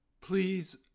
Please